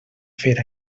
fer